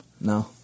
No